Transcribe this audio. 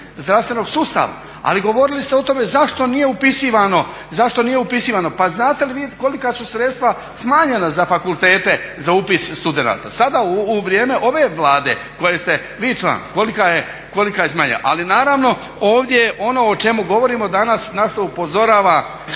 zdravstvenog sustava. Ali govorili ste o tome zašto nije upisivano pa znate li vi kolika su sredstva smanjena za fakultete za upis studenata? Sada u vrijeme ove Vlade koje ste vi član kolika je …/Govornik se ne razumije./… Ali naravno ovdje je ono o čemu govorimo danas, na što upozorava